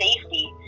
safety